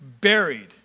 buried